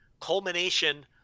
culmination